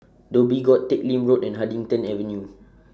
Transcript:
Dhoby Ghaut Teck Lim Road and Huddington Avenue